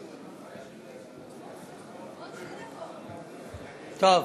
טוב,